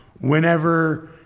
Whenever